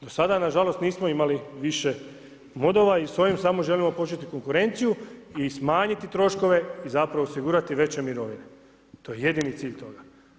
Do sada nažalost nismo imali više modova i s ovim samo želimo početi konkurenciju i smanjiti troškove i zapravo osigurati veće mirovine, to je jedini cilj toga.